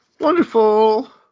Wonderful